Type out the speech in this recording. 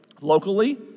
locally